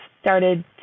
started